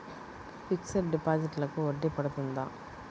Fixed డిపాజిట్లకు వడ్డీ పడుతుందా?